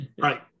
right